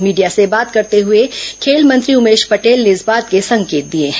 media से बात करते हए खेल मंत्री उमेश पटेल ने इस बात के संकेत दिए हैं